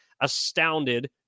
astounded